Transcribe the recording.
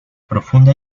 profunda